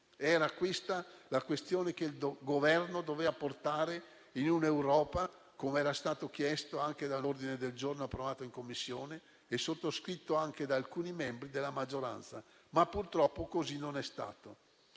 Era questa la questione che il Governo doveva portare in Europa, come era stato chiesto anche dall'ordine del giorno approvato in Commissione e sottoscritto anche da alcuni membri della maggioranza. Purtroppo, però, così non è stato.